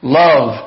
love